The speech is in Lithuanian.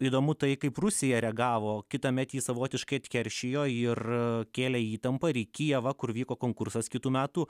įdomu tai kaip rusija reagavo kitąmet jį savotiškai atkeršijo ir kėlė įtampą ir į kijevą kur vyko konkursas kitų metų